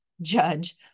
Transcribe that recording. judge